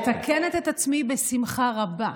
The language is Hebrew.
אני מתקנת את עצמי בשמחה רבה.